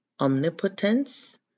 omnipotence